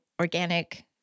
organic